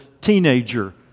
teenager